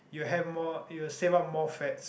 you have more you'll save up more fats